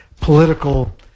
political